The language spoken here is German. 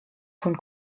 von